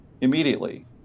immediately